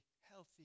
healthy